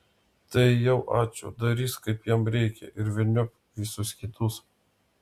tai jau ačiū darys kaip jam reikia ir velniop visus kitus